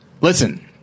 listen